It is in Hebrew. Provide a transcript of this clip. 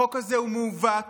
החוק הזה הוא מעוות